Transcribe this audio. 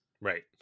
Right